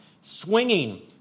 swinging